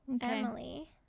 Emily